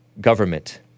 government